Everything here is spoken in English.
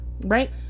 Right